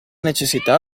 necessità